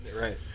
right